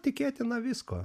tikėtina visko